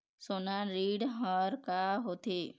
सोना ऋण हा का होते?